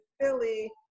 Philly